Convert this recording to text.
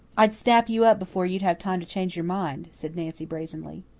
i'd snap you up before you'd have time to change your mind, said nancy brazenly.